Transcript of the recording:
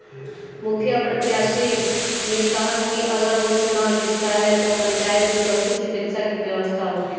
मुखिया प्रत्याशी ने कहा कि अगर वो चुनाव जीतता है तो पंचायत में पशु चिकित्सा की व्यवस्था होगी